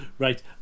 Right